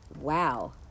wow